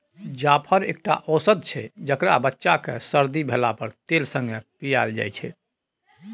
जाफर एकटा औषद छै जकरा बच्चा केँ सरदी भेला पर तेल संगे पियाएल जाइ छै